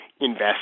invest